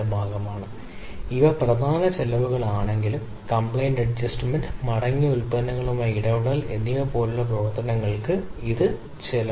നഷ്ടം സാധാരണയായി കറൻസി യൂണിറ്റുകളിൽ പരാമർശിക്കുന്നു അതിനാൽ ഓരോ ഡിസൈൻ സ്പെസിഫിക്കേഷനും പൊരുത്തക്കേട് എന്താണെന്ന് സൂചിപ്പിക്കുന്ന നഷ്ടമായി മാപ്പുചെയ്തു അവർ അതിൽ നിന്ന് എത്ര ദൂരെയാണ് പോകുന്നത്